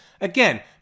Again